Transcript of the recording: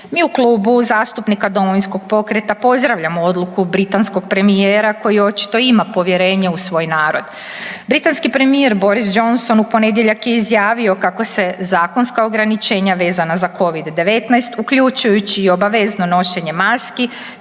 Mi u Klubu zastupnika Domovinskog pokreta pozdravljamo odluku britanskog premijera koji očito ima povjerenje u svoj narod. Britanski premijer Boris Johnson u ponedjeljak je izjavio kako se zakonska ograničenja vezana za Covid-19 uključujući i obavezno nošenje maski